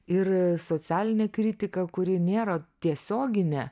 ir socialinę kritiką kuri nėra tiesioginė